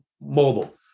mobile